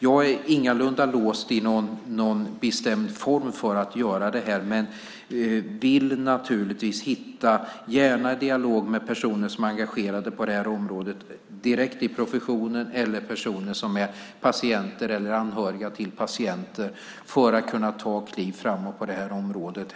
Jag är ingalunda låst i någon bestämd form för detta, men jag vill naturligtvis gärna hitta former för dialog med personer som är engagerade på området direkt i professionen eller patienter och anhöriga till patienter för att kunna ta kliv framåt på området.